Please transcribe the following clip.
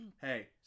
hey